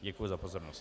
Děkuji za pozornost.